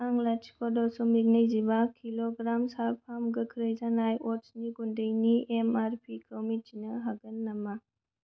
आं लाथिख' दशमिक नैजिबा किल'ग्राम स्लार्प फार्म गोख्रै जानाय अटसनि गुन्दैनि एम आर पि खौ मिथिनो हागोन नामा